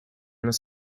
los